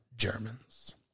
germans